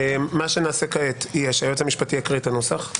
כעת היועץ המשפטי יקריא את הנוסח.